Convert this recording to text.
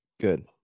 Good